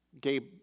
Gabe